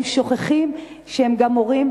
הם שוכחים שהם גם הורים,